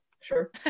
sure